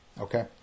Okay